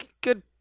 good